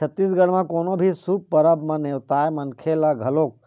छत्तीसगढ़ म कोनो भी शुभ परब म नेवताए मनखे ल घलोक